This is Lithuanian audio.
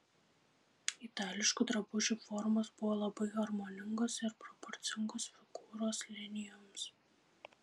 itališkų drabužių formos buvo labai harmoningos ir proporcingos figūros linijoms